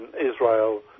Israel